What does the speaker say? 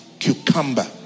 Cucumber